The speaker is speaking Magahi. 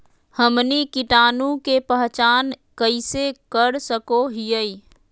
हमनी कीटाणु के पहचान कइसे कर सको हीयइ?